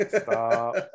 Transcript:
stop